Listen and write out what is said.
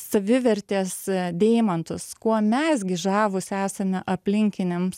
savivertės deimantus kuo mes gi žavūs esame aplinkiniams